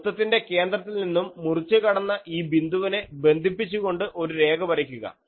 വൃത്തത്തിന്റെ കേന്ദ്രത്തിൽ നിന്നും മുറിച്ചു കടന്ന ഈ ബിന്ദുവിനെ ബന്ധിപ്പിച്ചുകൊണ്ട് ഒരു രേഖ വരയ്ക്കുക